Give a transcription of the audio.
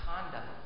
conduct